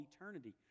eternity